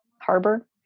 harbor